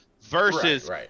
versus